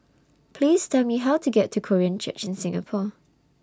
Please Tell Me How to get to Korean Church in Singapore